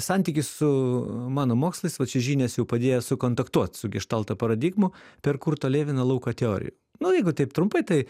santykis su mano mokslais va čia žinias jau padėjo sukontaktuot su geštalto paradigmų per kurto levino lauką teorij nu jeigu taip trumpai tai